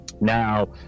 Now